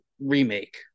remake